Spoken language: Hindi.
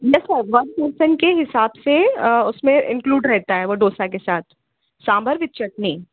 न सर वन पर्सन के हिसाब से उसमें इनक्लुड रहता है वह डोसा के साथ सांभर विथ चटनी